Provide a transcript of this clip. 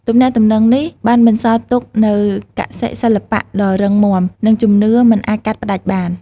ទំនាក់ទំនងនេះបានបន្សល់ទុកនូវកសិសិល្បៈដ៏រឹងមាំ និងជំនឿមិនអាចកាត់ផ្ដាច់បាន។